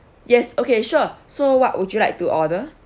yes okay sure so what would you like to order